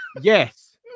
Yes